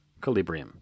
Calibrium